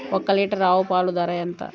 ఒక్క లీటర్ ఆవు పాల ధర ఎంత?